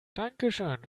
dankeschön